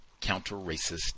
counter-racist